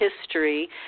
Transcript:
history